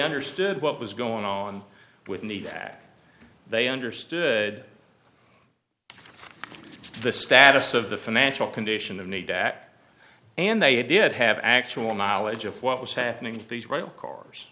understood what was going on with need that they understood the status of the financial condition of need that and they did have actual knowledge of what was happening to these royal cars